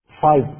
five